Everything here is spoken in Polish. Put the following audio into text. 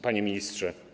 Panie Ministrze!